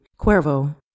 Cuervo